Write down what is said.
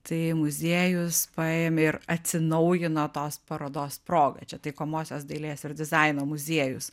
tai muziejus paėmė ir atsinaujino tos parodos proga čia taikomosios dailės ir dizaino muziejus